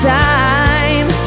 time